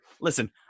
listen